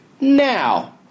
now